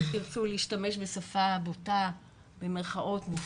אם תרצו להשתמש בשפה הבוטה "מופרעת".